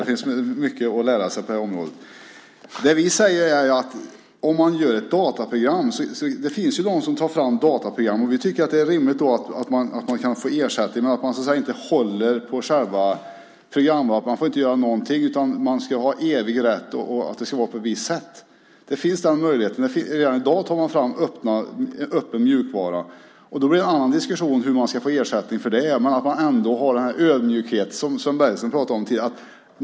Det finns mycket att lära sig på det här området. Det finns ju de som tar fram dataprogram, och vi tycker att det är rimligt att de kan få ersättning för det. Men de ska inte hålla på själva programvaran och ha en evig rätt så att man inte får göra någonting och att det ska vara på ett visst sätt. Den möjligheten finns. Redan i dag tar man fram öppen mjukvara. Då blir det en annan diskussion om hur man ska få ersättning för det. Man bör ändå ha den ödmjukhet som Sven Bergström pratade om tidigare.